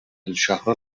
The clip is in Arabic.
الشهر